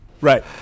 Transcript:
Right